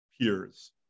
peers